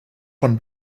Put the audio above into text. von